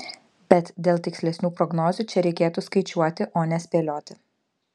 bet dėl tikslesnių prognozių čia reikėtų skaičiuoti o ne spėlioti